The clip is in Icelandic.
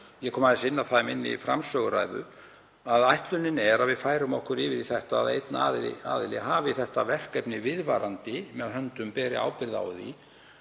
ég kom aðeins inn á það í framsöguræðu minni að ætlunin er að við færum okkur yfir í það að einn aðili hafi þetta verkefni viðvarandi með höndum og beri ábyrgð á því